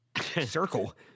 circle